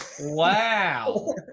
Wow